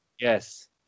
Yes